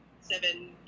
seven